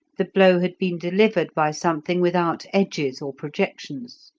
the blow had been delivered by something without edges or projections.